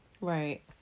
right